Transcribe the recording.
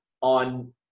on